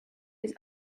his